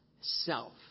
Self